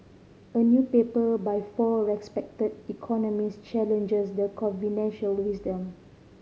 a new paper by four respected economists challenges the conventional wisdom